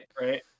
right